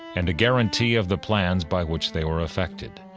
and a guarantee of the plans by which they were effected